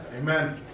Amen